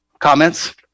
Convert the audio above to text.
comments